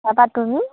তাৰপৰা তুমি